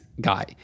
guy